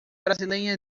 brasileña